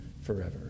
forever